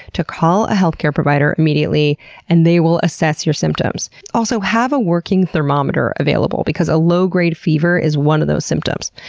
to call a healthcare provider immediately and they will assess your symptoms. also, have a working thermometer available because a low-grade fever is one of those symptoms.